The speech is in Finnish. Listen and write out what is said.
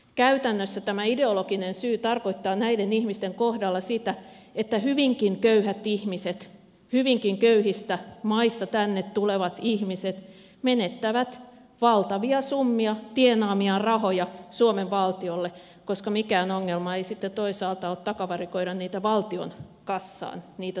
käytännössä tämä ideologinen syy tarkoittaa näiden ihmisten kohdalla sitä että hyvinkin köyhät ihmiset hyvinkin köyhistä maista tänne tulevat ihmiset menettävät valtavia summia tienaamiaan rahoja suomen valtiolle koska mikään ongelma ei sitten toisaalta ole takavarikoida valtion kassaan niitä samoja rahoja